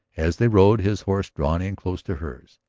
as they rode, his horse drawn in close to hers,